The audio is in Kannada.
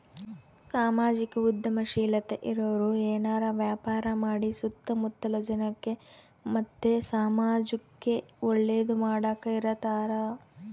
ಸಾಮಾಜಿಕ ಉದ್ಯಮಶೀಲತೆ ಇರೋರು ಏನಾರ ವ್ಯಾಪಾರ ಮಾಡಿ ಸುತ್ತ ಮುತ್ತಲ ಜನಕ್ಕ ಮತ್ತೆ ಸಮಾಜುಕ್ಕೆ ಒಳ್ಳೇದು ಮಾಡಕ ಇರತಾರ